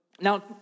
now